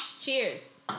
Cheers